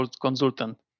consultant